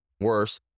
worse